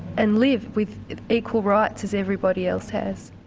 and live with equal rights as everybody else has.